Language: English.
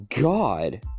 god